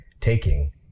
taking